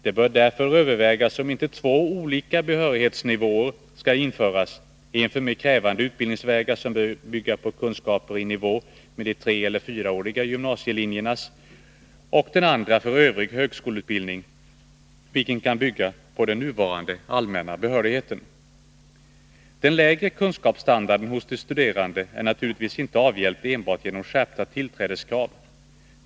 Det bör därför övervägas om inte två olika allmänna behörighetsnivåer skall införas: den ena för mer krävande utbildningsvägar, som bör bygga på kunskaper i nivå med de treeller fyraåriga gymnasielinjernas, och den andra för övrig högskoleutbildning, vilken kan bygga på den nuvarande allmänna behörigheten. Den lägre kunskapsstandarden hos de studerande är naturligtvis inte avhjälpt enbart genom skärpta tillträdeskrav.